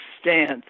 stance